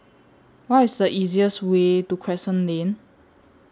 What IS The easiest Way to Crescent Lane